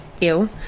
ew